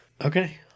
Okay